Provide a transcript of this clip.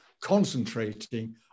concentrating